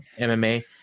MMA